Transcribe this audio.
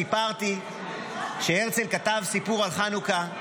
סיפרתי שהרצל כתב סיפור על חנוכה,